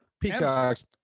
Peacock's